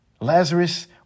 Lazarus